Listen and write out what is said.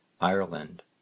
Ireland